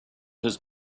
his